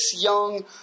young